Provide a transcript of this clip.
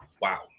wow